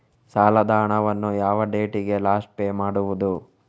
ಸಾಲದ ಹಣವನ್ನು ಯಾವ ಡೇಟಿಗೆ ಲಾಸ್ಟ್ ಪೇ ಮಾಡುವುದು?